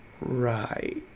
right